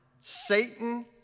Satan